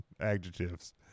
adjectives